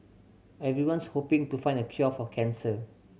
everyone's hoping to find the cure for cancer